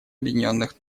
объединенных